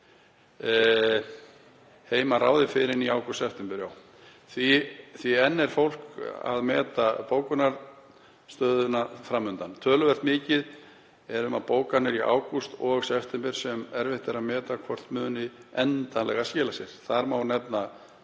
heim að ráði fyrr en í ágúst/september. Því er enn flókið að meta bókunarstöðuna fram undan. Töluvert mikið er um bókanir í ágúst og september, sem erfitt er að meta hvort muni að endingu skila sér. Þar má nefna